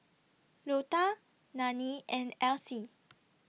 Lota Nanie and Elsie